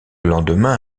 lendemain